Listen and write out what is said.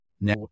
now